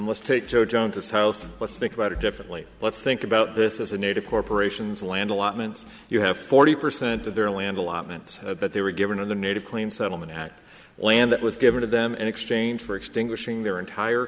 joe johns as host let's think about it differently let's think about this as a native corporations land allotment you have forty percent of their land allotments but they were given in the native claim settlement that land that was given to them in exchange for extinguishing their entire